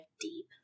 deep